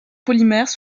polymères